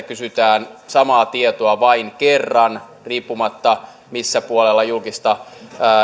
kysytään samaa tietoa vain kerran riippumatta siitä missä puolella julkista